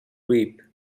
reap